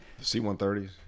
c-130s